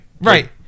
Right